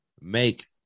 make